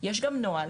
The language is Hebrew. יש גם נוהל